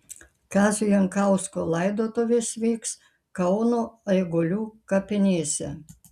kazio jankausko laidotuvės vyks kauno eigulių kapinėse